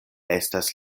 estas